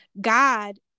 God